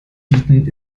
bieten